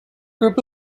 group